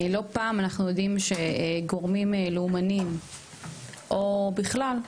לא פעם אנחנו יודעים שגורמים לאומנים או בכלל,